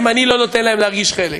אם אני לא נותן להם להרגיש חלק.